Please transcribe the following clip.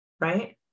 right